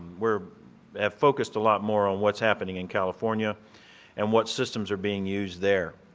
we're focused a lot more on what's happening in california and what systems are being used there.